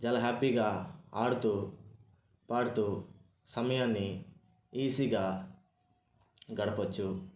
చాలా హ్యాపీగా ఆడుతూ పాడుతూ సమయాన్ని ఈజీగా గడపవచ్చు